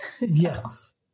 Yes